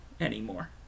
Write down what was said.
anymore